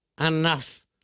enough